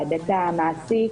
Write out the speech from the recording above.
בהיבט המעשי,